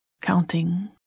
counting